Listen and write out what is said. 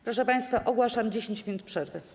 Proszę państwa, ogłaszam 10 minut przerwy.